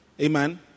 Amen